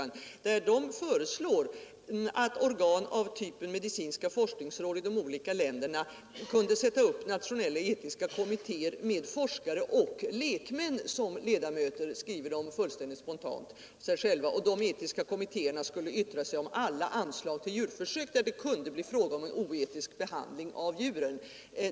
Nämnden föreslår att organ av typen medicinska forskningsråd i de olika länderna kunde sätta upp nationella etiska kommittéer med forskare och lekmän som ledamöter. Detta skrev nämnden fullständigt spontant. Dessa etiska kommittéer skulle yttra sig om alla anslag till djurförsök där det kunde bli fråga om oetisk behandling av djuren.